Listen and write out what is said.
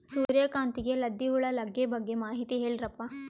ಸೂರ್ಯಕಾಂತಿಗೆ ಲದ್ದಿ ಹುಳ ಲಗ್ಗೆ ಬಗ್ಗೆ ಮಾಹಿತಿ ಹೇಳರಪ್ಪ?